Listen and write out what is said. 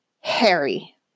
Harry